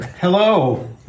Hello